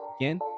again